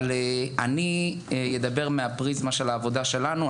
אבל אני ידבר מהפריזמה של העבודה שלנו.